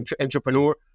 entrepreneur